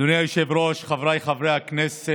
אדוני היושב-ראש, חבריי חברי הכנסת,